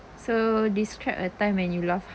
so describe a time when you laughed